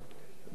בן עשר,